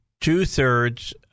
two-thirds